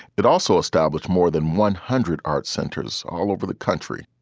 it also established more than one hundred arts centers all over the country.